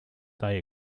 they